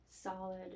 solid